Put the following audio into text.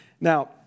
Now